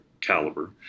caliber